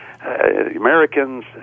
Americans